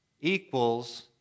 equals